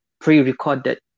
pre-recorded